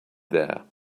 there